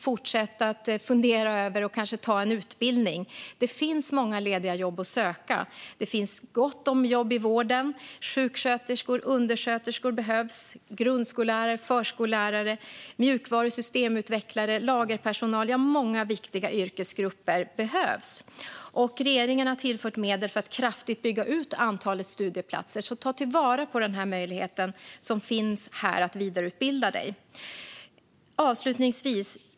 Fortsätt fundera över utbildning - kanske är det läge att gå en utbildning nu? Det finns många lediga jobb att söka. Det finns gott om jobb i vården. Sjuksköterskor och undersköterskor behövs. Det behövs också grundskollärare, förskollärare, mjukvarusystemutvecklare, lagerpersonal och många andra viktiga yrkesgrupper. Regeringen har tillfört medel för att kraftigt bygga ut antalet studieplatser. Ta till vara den möjlighet som finns att vidareutbilda dig!